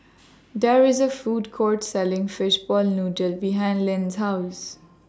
There IS A Food Court Selling Fishball Noodle behind Linn's House